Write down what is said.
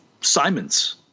Simons